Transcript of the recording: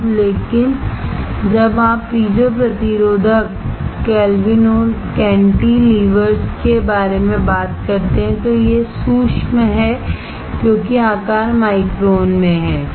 अब लेकिन जब आप पीजो प्रतिरोधक कैंटिलीवर्स संदर्भ समय 4853 के बारे में बात करते हैं तो यह सूक्ष्म है क्योंकि आकार माइक्रोन में है